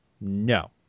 No